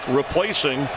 replacing